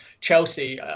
Chelsea